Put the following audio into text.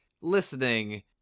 listening